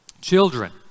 Children